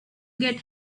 get